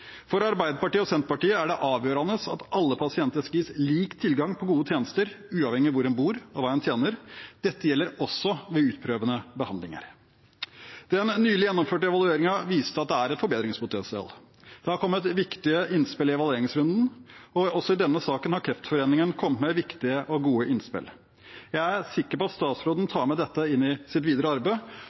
For Arbeiderpartiet og Senterpartiet er det avgjørende at alle pasienter skal gis lik tilgang på gode tjenester uavhengig av hvor en bor, og hva en tjener. Dette gjelder også ved utprøvende behandlinger. Den nylig gjennomførte evalueringen viste at det er et forbedringspotensial. Det har kommet viktige innspill i evalueringsrunden, og også i denne saken har Kreftforeningen kommet med viktige og gode innspill. Jeg er sikker på at statsråden tar med seg dette inn i sitt videre arbeid,